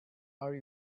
are